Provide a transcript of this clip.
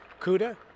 CUDA